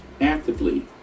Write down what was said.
actively